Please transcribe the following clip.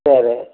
சரி